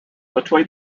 between